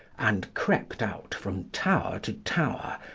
and crept out from tower to tower,